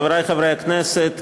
חברי חברי הכנסת,